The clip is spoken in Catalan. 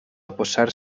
oposar